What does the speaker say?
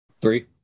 Three